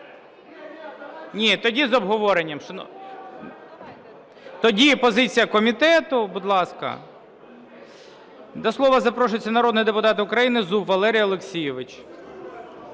Ні, тоді з обговоренням. Тоді позиція комітету, будь ласка. До слова запрошується народний депутат України Зуб Валерій Олексійович.